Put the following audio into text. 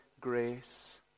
grace